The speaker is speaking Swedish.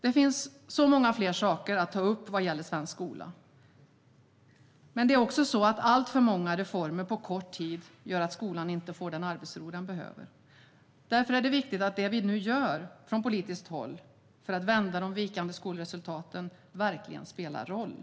Det finns många fler saker att ta upp vad gäller svensk skola, men det är också så att alltför många reformer på kort tid gör att skolan inte får den arbetsro den behöver. Därför är det viktigt att det vi nu gör från politiskt håll för att vända de vikande skolresultaten verkligen spelar roll.